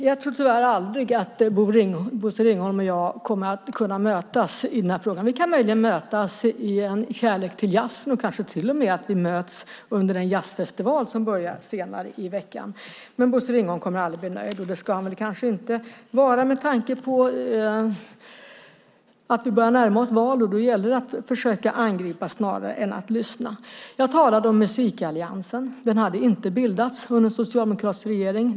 Fru talman! Jag tror tyvärr att Bosse Ringholm och jag aldrig kommer att kunna mötas i den här frågan. Vi kan möjligen mötas i vår kärlek till jazzen, och kanske möts vi till och med under den jazzfestival som börjar senare i veckan. Men Bosse Ringholm kommer aldrig att bli nöjd. Det ska han väl kanske inte vara med tanke på att vi börjar närma oss val, och då gäller det att försöka angripa snarare än att lyssna. Jag talade om Musikalliansen. Den hade inte bildats under en socialdemokratisk regering.